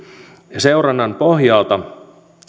ja seurannan pohjalta